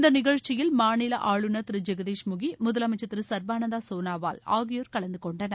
இந்த நிகழ்ச்சியில் மாநில ஆளுநர் திரு ஜெகதீஷ் முகி முதலமைச்சர் திரு சர்பானந்த சோனாவால் ஆகியோர் கலந்துகொண்டனர்